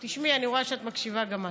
תשמעי, אני רואה שאת מקשיבה גם את.